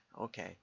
Okay